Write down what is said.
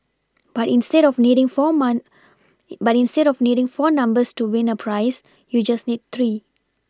but instead of needing four month but instead of needing four numbers to win a prize you need just three